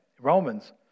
Romans